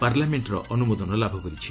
ପାର୍ଲାମେଣ୍ଟର ଅନ୍ତ୍ରମୋଦନ ଲାଭ କରିଛି